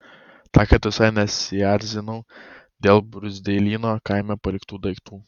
tąkart visai nesierzinau dėl bruzdeilyno kaime paliktų daiktų